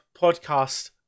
podcast